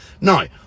No